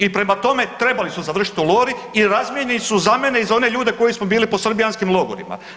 I prema tome trebali su završiti u Lori i razmijenjeni su za mene i za one ljude koji smo bili po srbijanskim logorima.